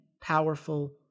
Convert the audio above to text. powerful